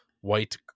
white